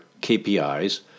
KPIs